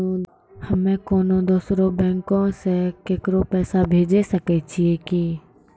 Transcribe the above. हम्मे कोनो दोसरो बैंको से केकरो पैसा भेजै सकै छियै कि?